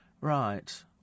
Right